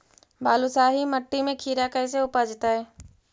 बालुसाहि मट्टी में खिरा कैसे उपजतै?